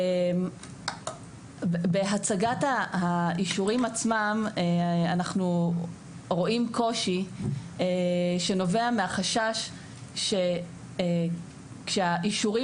בהצגת האישורים עצמם אנחנו רואים קושי שנובע מהחשש שכשהאישורים